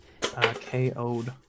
KO'd